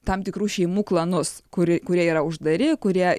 tam tikrų šeimų klanus kur kurie yra uždari kurie